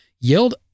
yelled